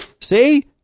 See